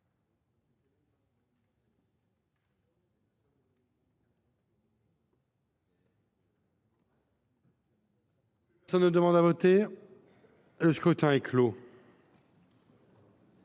Personne ne demande plus à voter ?… Le scrutin est clos.